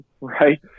right